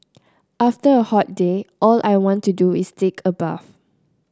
after a hot day all I want to do is take a bath